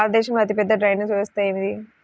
భారతదేశంలో అతిపెద్ద డ్రైనేజీ వ్యవస్థ ఏది?